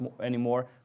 anymore